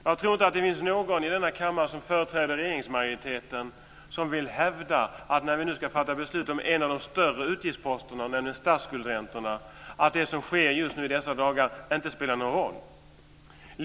Jag tror inte att någon företrädare för regeringsmajoriteten i denna kammare vill hävda att det som sker i dessa dagar - när vi ska fatta beslut om en av de större utgiftsposterna, nämligen statsskuldsräntorna - inte spelar någon roll.